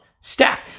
stack